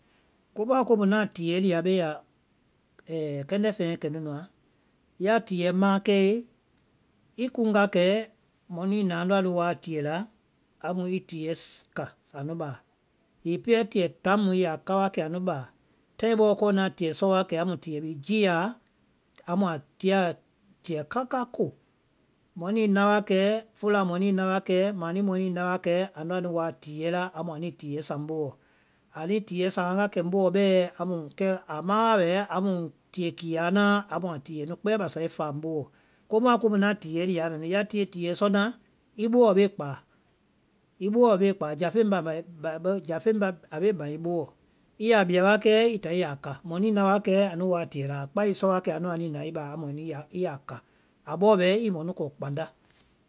Komuã komu ŋna tiɛ́ɛ lia a bée ya kɛndɛ fɛŋɛ kɛmɛ nu nuã, ya tiɛ́ɛ maãkɛe, i kuŋ wa kɛ mɔnu i na andɔ anu woa tiɛ la amu i tiɛ́ɛ suu- ka anu báa. Hiŋi pɛɛ tiɛ taŋ mu i ya a káwa kɛ anu báa. taiŋ bɔɔ kɔ ŋna tiɛ sɔ wa kɛ mu tiɛ bhii ámu a tia tiɛ káká ko. mɔɛ nuĩ na wa kɛɛ́, fula mɔɛ nuĩ na wa kɛ́ɛ, mani mɔɛ nuĩ na wa kɛ́ɛ andɔ anu woa tiɛ la, amu anuĩ tiɛ saŋ ŋ boo wɔ. Ánuĩ tiɛ́ɛ saŋ wa kɛ ŋ boo wɔ bɛɛ, kɛ a ma wa kɛ tiɛ kiyaa naã amu a tiɛ́ɛ nu kpɛ́ɛ basae fáa ŋ boo wɔ. Komuã komu na tiɛ́ɛ lia aa mɛ nu, ya tie tiɛ́ɛ sɔ naã i booɔ bee kpáá, i booɔ bee kpáa, jáfeŋ jáfeŋ ba- a be baŋ i boo wɔ. I yaa bia wa kɛ i táa i yáa ka, mɔnuĩ na wa kɛ anu woa tiɛ la, kpai sɔ wa kɛ anuã nu na i báa i yaa- i yaa ka, á bɔɔ bɛɛ i mɔnu kɔ kpándá.